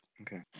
Okay